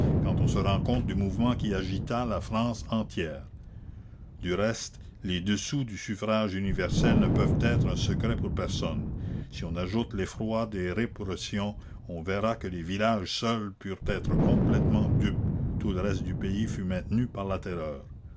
quand on se rend compte du mouvement qui agita la france entière du reste les dessous du suffrage universel ne peuvent être un secret pour personne si on ajoute l'effroi des répressions on verra que les villages seuls purent être complètement dupes tout le reste du pays fut maintenu par la terreur